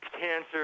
cancer